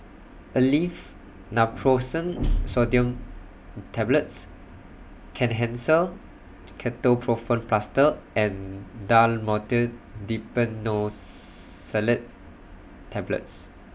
Aleve Naproxen Sodium Tablets Kenhancer Ketoprofen Plaster and Dhamotil Diphenoxylate Tablets